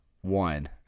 one